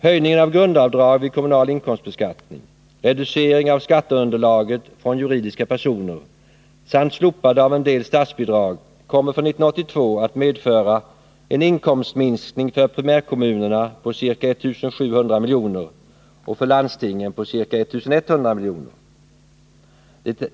Höjning av grundavdrag vid kommunal inkomstbeskattning, reducering av skatteunderlaget från juridiska personer samt slopande av en del statsbidrag kommer för 1982 att medföra en inkomstminskning för primärkommunerna på ca 1700 miljoner och för landstingen på ca 1100 miljoner.